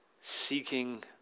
seeking